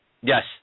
Yes